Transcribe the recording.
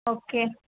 okay